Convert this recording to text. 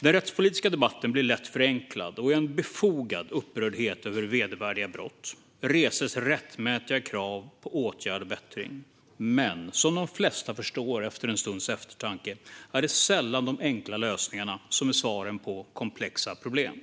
Den rättspolitiska debatten blir lätt förenklad, och i en befogad upprördhet över vedervärdiga brott reses rättmätiga krav på åtgärd och bättring. Men som de flesta förstår efter en stunds eftertanke är sällan enkla lösningar svaren på komplexa problem.